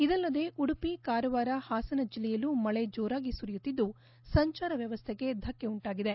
ಇದಲ್ಲದೆ ಉಡುಪಿ ಕಾರವಾರ ಹಾಸನ ಜಿಲ್ಲೆಯಲ್ಲೂ ಮಳೆ ಜೋರಾಗಿ ಸುರಿಯುತ್ತಿದ್ದು ಸಂಚಾರ ವ್ವವಶ್ಠೆಗೆ ಧಕ್ಷೆ ಉಂಟಾಗಿದೆ